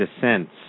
Descents